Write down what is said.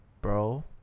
Bro